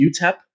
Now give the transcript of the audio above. UTEP